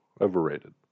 overrated